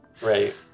Right